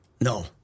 No